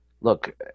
look